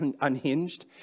unhinged